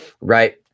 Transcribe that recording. right